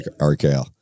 rkl